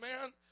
man